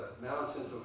mountains